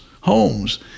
homes